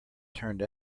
turned